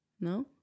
No